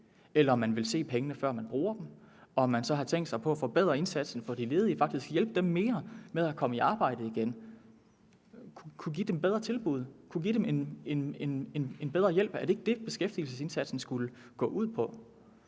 eller om man vil se pengene, før man bruger dem, og så har tænkt sig at forbedre indsatsen for de ledige og faktisk hjælpe dem mere med at komme i arbejde igen, give dem et bedre tilbud, give dem bedre hjælp. Var det ikke det, beskæftigelsesindsatsen skulle gå ud på?